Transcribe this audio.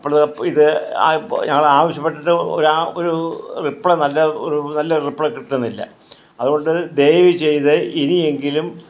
അപ്പോൾ ഇത് പ ഞങ്ങൾ ആവശ്യപ്പെട്ടിട്ട് ഒരാ ഒരു റീപ്ലേ നല്ല റിപ്ലേ നല്ല റിപ്ലേ കിട്ടുന്നില്ല അതുകൊണ്ട് ദയവ് ചെയ്ത് ഇനി എങ്കിലും